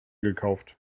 gekauft